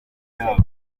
yawe